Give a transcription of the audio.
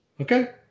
Okay